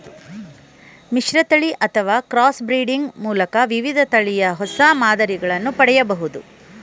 ಮಿಶ್ರತಳಿ ಅಥವಾ cross breeding ಮೂಲಕ ವಿವಿಧ ತಳಿಯ ಹೊಸ ಮಾದರಿಗಳನ್ನು ಪಡೆಯಬೋದು